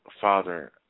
Father